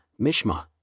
Mishma